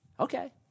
okay